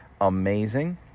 amazing